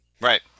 Right